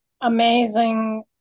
amazing